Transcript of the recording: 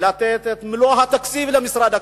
לתת את מלוא התקציב למשרד הקליטה,